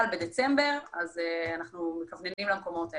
בדצמבר אז אנחנו מכווננים למקומות האלה.